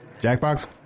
Jackbox